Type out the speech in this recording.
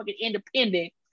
independent